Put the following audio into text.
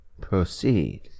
Proceed